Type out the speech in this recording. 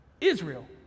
Israel